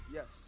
Yes